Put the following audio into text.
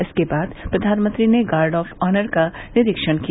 इसके बाद प्रधानमंत्री ने गार्ड ऑफ आनर्र का निरीक्षण किया